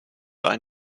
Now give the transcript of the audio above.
ein